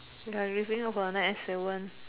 guy refilling for the nine eight seven